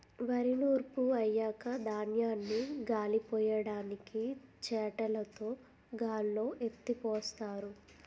వరి నూర్పు అయ్యాక ధాన్యాన్ని గాలిపొయ్యడానికి చేటలుతో గాల్లో ఎత్తిపోస్తారు